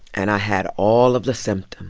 and i had all of the symptoms,